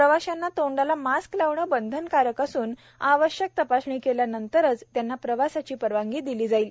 प्रवाशांना तोंडाला मास्क लावणं बंधनकारक असून आवश्यक तपासणी केल्यानंतरच त्यांना प्रवासाची परवानगी दिली जाईल